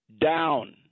down